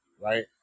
right